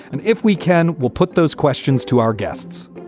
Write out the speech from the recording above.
and if we can, we'll put those questions to our guests.